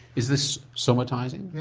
is this somatising? yeah,